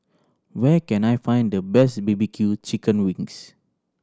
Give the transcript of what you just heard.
where can I find the best B B Q chicken wings